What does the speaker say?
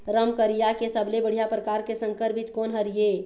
रमकलिया के सबले बढ़िया परकार के संकर बीज कोन हर ये?